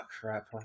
crap